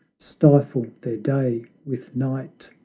stifle their day with night,